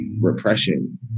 repression